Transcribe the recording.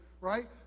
right